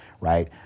right